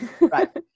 Right